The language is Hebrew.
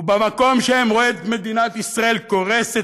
ובמקום שהם רואים את מדינת ישראל קורסת